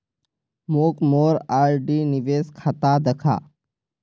मोक मोर आर.डी निवेश खाता दखा